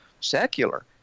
secular